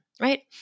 right